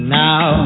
now